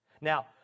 Now